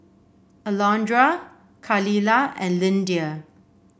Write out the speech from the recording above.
Alondra Khalilah and Lyndia